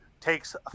takes